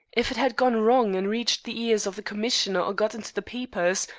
if it had gone wrong and reached the ears of the commissioner or got into the papers,